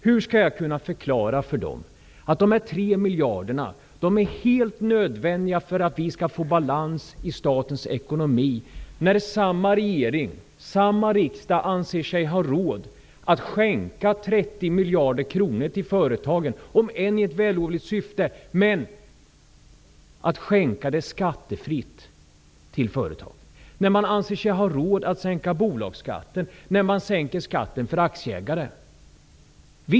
Hur skall jag kunna förklara för dem att de 3 miljarderna är nödvändiga för att skapa balans i statens ekonomi, när regeringen och riksdagen samtidigt anser sig ha råd att skänka 30 miljarder kronor skattefritt till företagen -- om än i ett vällovligt syfte --, när man anser sig ha råd att sänka bolagsskatten, när man sänker skatten för aktieägare?